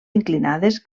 inclinades